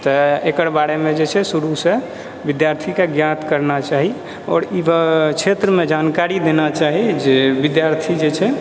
तऽ एकर बारेमे जे छै शुरूसँ विद्यार्थीके ज्ञात करना चाही आओर ई क्षेत्रमे जानकारी देना चाही जे विद्यार्थी जे छै